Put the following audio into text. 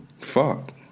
Fuck